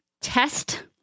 test